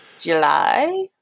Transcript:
July